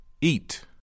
Eat